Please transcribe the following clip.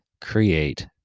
create